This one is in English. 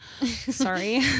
Sorry